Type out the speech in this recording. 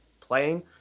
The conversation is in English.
playing